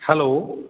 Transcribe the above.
hello